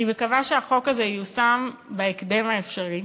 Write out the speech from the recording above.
אני מקווה שהחוק הזה ייושם בהקדם האפשרי.